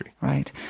right